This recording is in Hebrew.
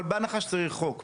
אבל בהנחה שצריך חוק.